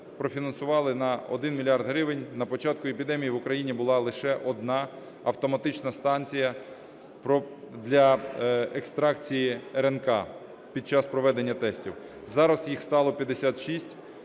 профінансували на 1 мільярд гривень, на початку епідемії в Україні була лише одна автоматична станція для екстракції РНК під час проведення текстів. Зараз їх стало 56